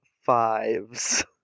fives